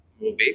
movie